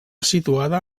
situada